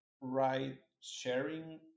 ride-sharing